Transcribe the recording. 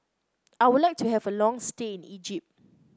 I would like to have a long stay in Egypt